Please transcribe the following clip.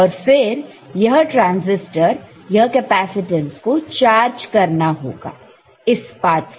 और फिर यह ट्रांसिस्टर यह कैपेसिटेंस को चार्ज करना होगा इस पात से